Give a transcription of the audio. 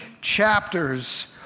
chapters